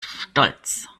stolz